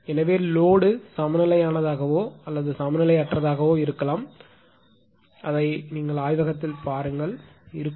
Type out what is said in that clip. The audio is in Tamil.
எனவே லோடு சமநிலையானதாகவோ அல்லது சமநிலையற்றதாகவோ இருக்கலாம் ஆய்வகத்தில் பாருங்கள் இருக்கும்